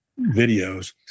videos